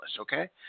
okay